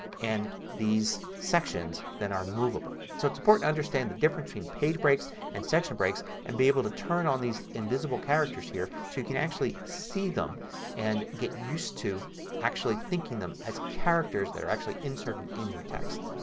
and these sections then are movable. so it's important to understand the difference between page breaks and section breaks and be able to turn on these invisible characters here so you can actually see them and get used to actually thinking of them as characters that are actually inserted in your text.